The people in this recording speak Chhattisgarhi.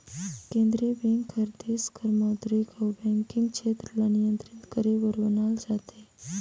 केंद्रीय बेंक हर देस कर मौद्रिक अउ बैंकिंग छेत्र ल नियंत्रित करे बर बनाल जाथे